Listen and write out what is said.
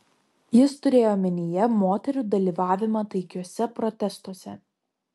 jis turėjo omenyje moterų dalyvavimą taikiuose protestuose